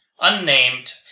unnamed